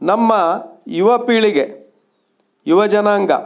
ನಮ್ಮ ಯುವ ಪೀಳಿಗೆ ಯುವ ಜನಾಂಗ